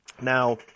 Now